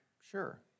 Sure